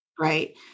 Right